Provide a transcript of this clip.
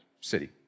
city